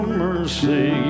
mercy